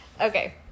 Okay